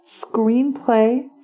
screenplay